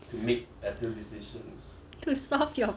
to solve your